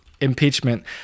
Impeachment